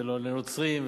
ולא לנוצרים,